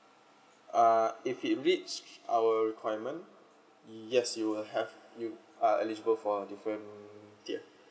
uh if it reach our requirement yes you'll have you are eligible for different tier